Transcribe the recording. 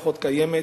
פחות קיימת,